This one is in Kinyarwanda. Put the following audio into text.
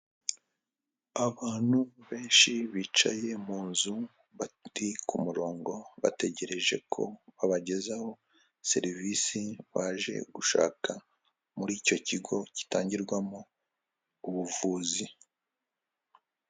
Abantu benshi bicaye mu nzu, bari ku murongo, bategereje ko babagezaho serivisi baje gushaka muri icyo kigo gitangirwamo ubuvuzi.